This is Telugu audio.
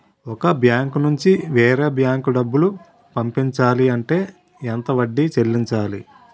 ఒక బ్యాంక్ నుంచి వేరే బ్యాంక్ కి డబ్బులు పంపించాలి అంటే ఎంత వడ్డీ చెల్లించాలి?